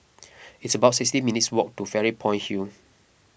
it's about sixty minutes' walk to Fairy Point Hill